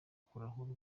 kurahura